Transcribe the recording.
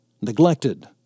Neglected